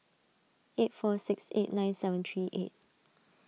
eight four six eight nine seven three eight